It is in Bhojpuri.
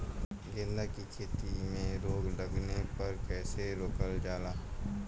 गेंदा की खेती में रोग लगने पर कैसे रोकल जाला?